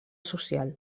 social